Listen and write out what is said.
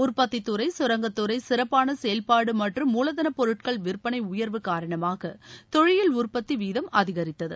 உற்பத்தித்துறைகரங்கத்துறை சிறப்பான செயல்பாடு மற்றும் மூலதனப் பொருட்கள் விற்பனை உயர்வு காரணமாக தொழிலியல் உற்பத்தி வீதம் அதிகரித்தது